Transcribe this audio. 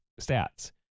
stats